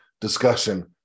discussion